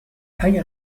اگه